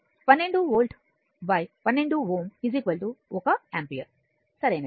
12 volt 12 Ω 1 ampere సరైనది